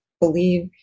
believe